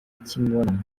cy’imibonano